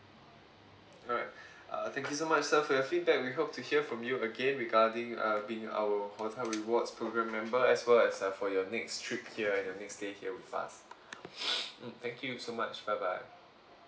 alright uh thank you so much sir for your feedback we hope to hear from you again regarding uh being our hotel rewards program member as well as uh for your next trip here and your next stay here with us mm thank you so much bye bye